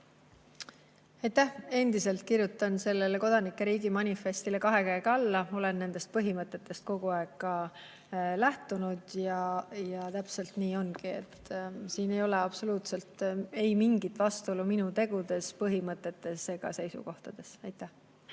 Endiselt kirjutan kodanike riigi manifestile kahe käega alla. Olen nendest põhimõtetest kogu aeg ka lähtunud ja täpselt nii ongi. Siin ei ole absoluutselt mingit vastuolu minu tegude, põhimõtete ega seisukohtadega.